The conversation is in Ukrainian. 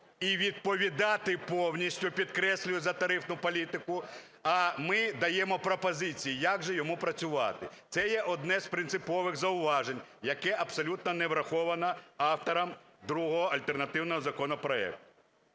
і відповідати повністю, підкреслюю, за тарифну політку, а ми даємо пропозиції як же йому працювати? Це є одне з принципових зауважень, яке абсолютно не враховано автором другого альтернативного законопроекту.